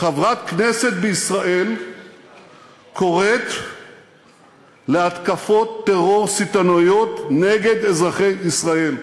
חברת כנסת בישראל קוראת להתקפות טרור סיטוניות נגד אזרחי ישראל,